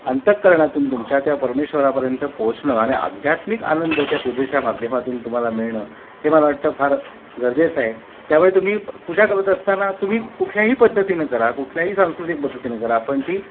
अंतःकरणातून तुमच्या त्या परमेश्वरा पर्यंत पोचणं आणि आध्यात्मिक आनंद त्या पूजेच्या माध्यमातून तुम्हाला मिळणं हे मला वाटतं फार गरजेच आहे त्यामुळे तुम्ही पूजा करत असताना तुम्ही कुठल्याही पद्धतीनं करा कुठल्याही सांस्कृतिक पद्धतीने करा पण ती